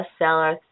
bestseller